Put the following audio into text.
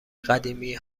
قدیمی